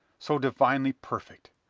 so divinely perfect!